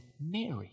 Mary